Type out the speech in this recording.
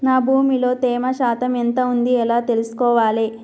నా భూమి లో తేమ శాతం ఎంత ఉంది ఎలా తెలుసుకోవాలే?